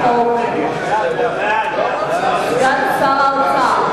סגן שר האוצר,